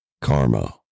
karma